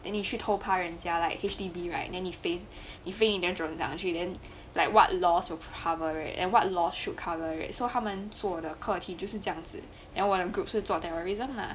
then you 去偷拍人家 like H_D_B right then 你 think 你 think 你要怎么讲去 then like what laws were cover it and what law should cover it so 他们做的课题就是这样子 then one group 是做 terrorism lah